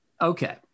Okay